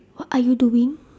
what are you doing